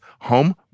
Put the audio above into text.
home